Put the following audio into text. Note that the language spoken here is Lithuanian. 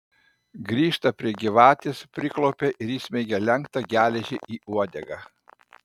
grįžta prie gyvatės priklaupia ir įsmeigia lenktą geležį į uodegą